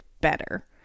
better